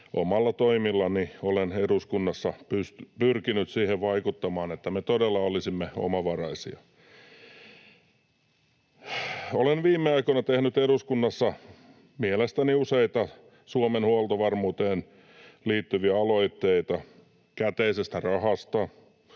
omilla toimillani olen eduskunnassa pyrkinyt vaikuttamaan siihen, että me todella olisimme omavaraisia. Olen viime aikoina tehnyt eduskunnassa mielestäni useita Suomen huoltovarmuuteen liittyviä aloitteita käteisestä rahasta